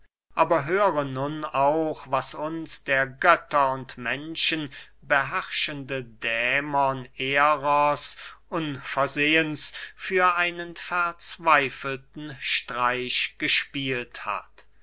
aber höre nun auch was uns der götter und menschen beherrschende dämon eros unversehens für einen verzweifelten streich gespielt hat